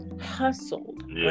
hustled